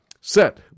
set